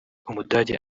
umudage